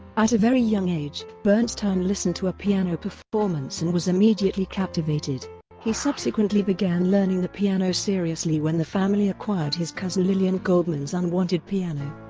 at a very young age, bernstein listened to a piano performance and was immediately captivated he subsequently began learning the piano seriously when the family acquired his cousin lillian goldman's unwanted piano.